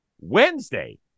Wednesday